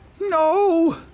no